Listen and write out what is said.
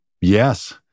Yes